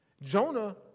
Jonah